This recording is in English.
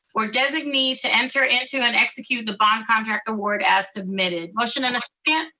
or designee, to answer into, and execute the bond contract award as submitted. motion and a second